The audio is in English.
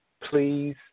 please